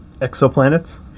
Exoplanets